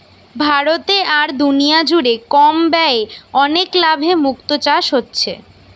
ভারতে আর দুনিয়া জুড়ে কম ব্যয়ে অনেক লাভে মুক্তো চাষ হচ্ছে